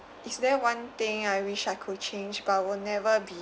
is there one thing I wish I could change by will never be